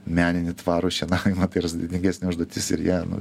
meninį tvarų šienavimą tai yra sudėtingesnė užduotis ir jie nu